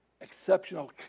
exceptional